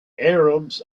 arabs